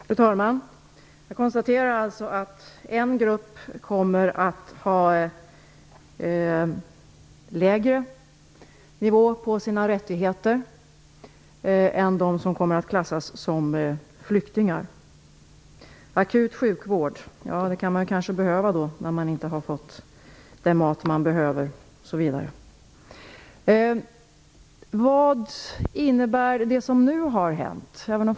Fru talman! Jag konstaterar att en grupp kommer att ha lägre nivå på sina rättigheter än de som kommer att klassas som flyktingar. Man kan kanske behöva akut sjukvård när man inte har fått den mat man behöver osv. Vad innebär det som nu har hänt.